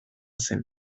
zen